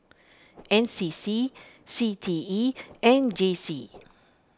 N C C C T E and J C